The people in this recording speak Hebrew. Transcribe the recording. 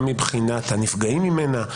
גם מבחינת הנפגעים ממנה,